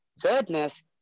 goodness